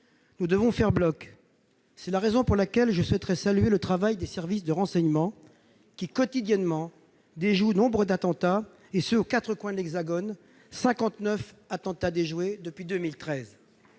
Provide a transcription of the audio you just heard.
nous devons faire bloc. C'est la raison pour laquelle je souhaiterais saluer le travail des services de renseignement, qui, quotidiennement, déjouent nombre d'attentats, et ce aux quatre coins de l'hexagone- 59 attentats ont été déjoués depuis 2013.